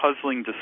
puzzling